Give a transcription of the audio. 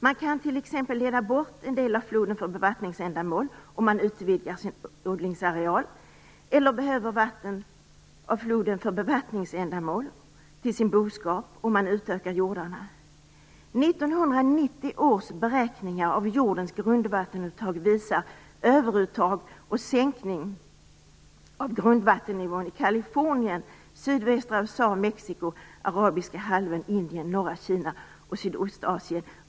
Man kan t.ex. leda bort en del av floden för bevattningsändamål om man utvidgar sin odlingsareal, eller behöver vatten till sin boskap om man utökar hjordarna. 1990 års beräkningar av jordens grundvattenuttag visar överuttag och sänkning av grundvattennivån i Kalifornien, sydvästra USA, Mexiko, Arabiska halvön, Indien, norra Kina och Sydostasien.